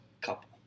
Couple